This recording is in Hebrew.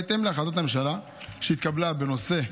בהתאם להחלטת הממשלה שהתקבלה בנושא,